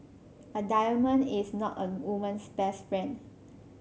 a diamond is not a woman's best friend